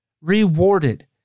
rewarded